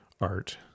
art